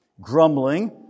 Grumbling